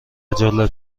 جالب